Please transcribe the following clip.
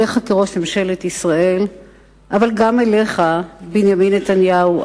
אליך כראש ממשלת ישראל אבל גם אליך בנימין נתניהו,